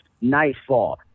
Nightfall